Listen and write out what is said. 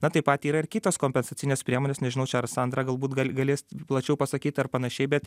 na tai pat yra ir kitos kompensacinės priemonės nežinau čia ar sandra galbūt gal galės plačiau pasakyt ar panašiai bet